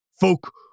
Folk